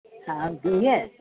हा बिहु